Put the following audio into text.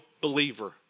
believer